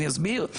אני אסביר.